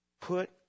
put